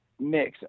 mix